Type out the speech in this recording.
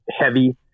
heavy